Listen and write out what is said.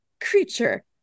creature